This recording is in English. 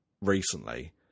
recently